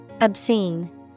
Obscene